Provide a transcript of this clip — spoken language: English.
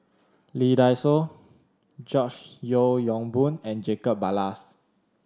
Lee Dai Soh George Yeo Yong Boon and Jacob Ballas